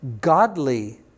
godly